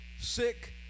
sick